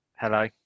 Hello